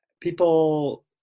people